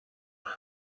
when